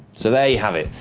so there you have it.